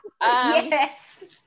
Yes